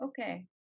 Okay